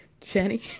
Jenny